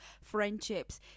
friendships